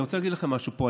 אני רוצה להגיד לכם משהו פה,